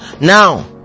Now